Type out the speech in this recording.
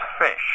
fish